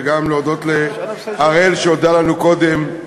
וגם להודות לאראל שהודה לנו קודם,